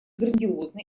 грандиозны